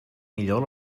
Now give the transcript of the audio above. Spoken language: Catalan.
millor